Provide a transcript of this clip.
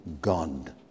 God